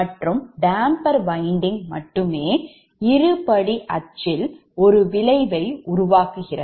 மற்றும் damper winding மட்டுமே இருபடி அச்சில் quadrature axisல் ஒரு விளைவை உருவாக்குகிறது